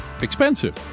expensive